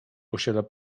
posiada